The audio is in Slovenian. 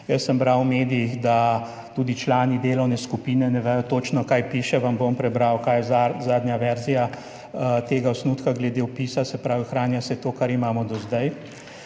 Jaz sem bral v medijih, da tudi člani delovne skupine ne vedo točno, kaj piše. Vam bom prebral, kaj je zadnja verzija tega osnutka glede vpisa, se pravi, ohranja se to, kar imamo do zdaj.